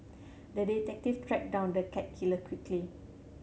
the detective tracked down the cat killer quickly